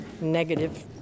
negative